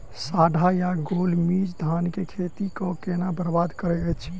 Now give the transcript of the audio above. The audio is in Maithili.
साढ़ा या गौल मीज धान केँ खेती कऽ केना बरबाद करैत अछि?